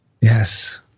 Yes